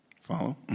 Follow